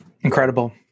Incredible